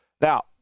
Now